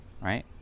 Right